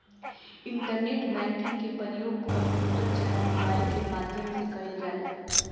internet banking के परयोग computer चाहे मोबाइल के माध्यम से कईल जाला